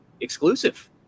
exclusive